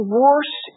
worse